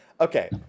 Okay